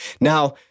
Now